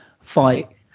fight